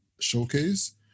showcase